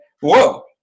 whoa